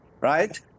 right